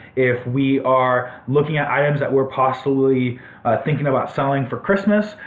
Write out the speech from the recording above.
if we are looking at items that we're possibly thinking about selling for christmas,